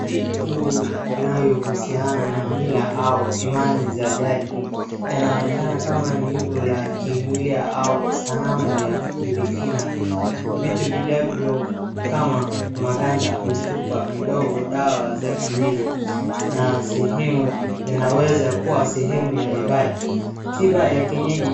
Vitu vinavyohusiana na mila au imani za jadi. Yanaonekana kama ni hivu la kimila au sanamu ya kishirikina. Vitu vilivyo kama maganda, mifupa midogo na dawa za kienyeji, na sehemu yanaweza kuwa sehemu ya ibada. Tiba ya kienyeji.